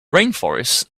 rainforests